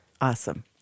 awesome